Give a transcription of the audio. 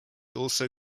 also